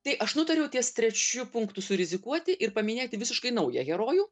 tai aš nutariau ties trečiu punktu surizikuoti ir paminėti visiškai naują herojų